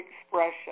expression